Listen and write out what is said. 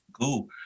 cool